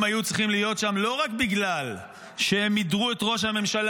הם היו צריכים להיות שם לא רק בגלל שהם מידרו את ראש הממשלה,